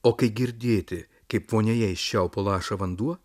o kai girdėti kaip vonioje iš čiaupo laša vanduo